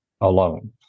alone